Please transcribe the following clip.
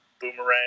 Boomerang